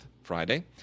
Friday